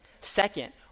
Second